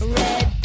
red